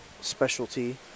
specialty